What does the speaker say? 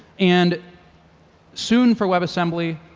and soon for webassembly,